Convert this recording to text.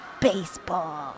Baseball